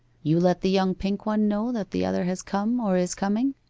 you let the young pink one know that the other has come or is coming